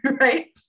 right